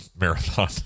Marathon